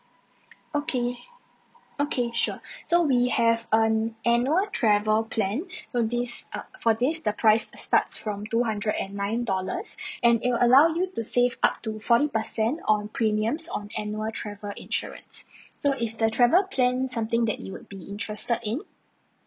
okay okay sure so we have an annual travel plan so this uh for this the price starts from two hundred and nine dollars and it will allow you to save up to forty percent on premiums on annual travel insurance so is the travel plan something that you would be interested in